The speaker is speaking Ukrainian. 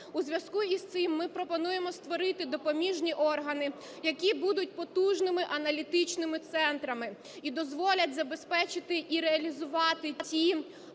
У зв'язку із цим ми пропонуємо створити допоміжні органи, які будуть потужними аналітичними центрами і дозволять забезпечити і реалізувати ті